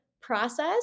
process